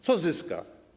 Co zyska?